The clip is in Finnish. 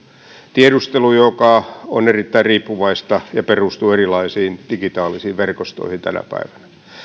tiedustelu joka on erittäin riippuvaista ja perustuu erilaisiin digitaalisiin verkostoihin tänä päivänä